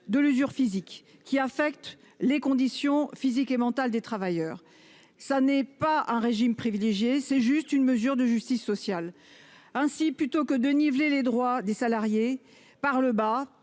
de l'usure qui affectent les conditions physiques et mentales des travailleurs. Ce n'est pas un régime privilégié ; c'est juste une mesure de justice sociale. Ainsi, plutôt que de niveler les droits des salariés par le bas,